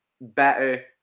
better